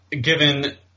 given